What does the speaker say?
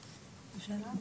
האלה?